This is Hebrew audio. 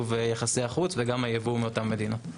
יחסי החוץ וגם הייבוא מאותן מדינות.